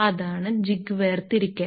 അതാണ് ജിഗ് വേർതിരിക്കൽ